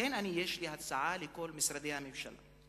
לכן יש לי הצעה לכל משרדי הממשלה,